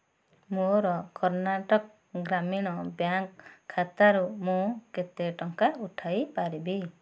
ମୋର କର୍ଣ୍ଣାଟକ୍ ଗ୍ରାମୀଣ ବ୍ୟାଙ୍କ୍ ଖାତାରୁ ମୁଁ କେତେ ଟଙ୍କା ଉଠାଇ ପାରିବି